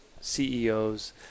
CEOs